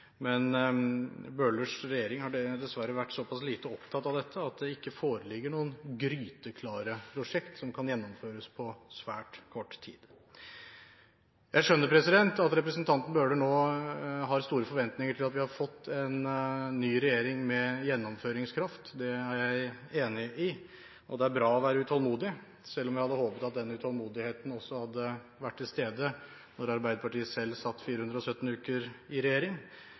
men Bøhlers regjering har dessverre vært såpass lite opptatt av dette at det ikke foreligger noen gryteklare prosjekt som kan gjennomføres på svært kort tid. Jeg skjønner at representanten Bøhler nå har store forventninger til at vi har fått en ny regjering med gjennomføringskraft. Det er jeg enig i. Det er bra å være utålmodig, selv om jeg hadde håpet at denne utålmodigheten også hadde vært til stede da Arbeiderpartiet selv satt 417 uker i regjering.